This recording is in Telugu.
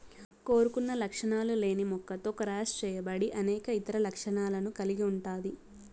కోరుకున్న లక్షణాలు లేని మొక్కతో క్రాస్ చేయబడి అనేక ఇతర లక్షణాలను కలిగి ఉంటాది